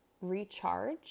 recharge